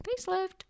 facelift